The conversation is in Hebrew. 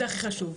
זה הכי חשוב,